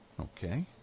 Okay